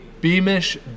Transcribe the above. Beamish